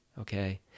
okay